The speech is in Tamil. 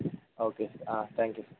okay sir ah thank you sir